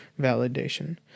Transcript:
validation